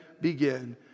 begin